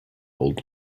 old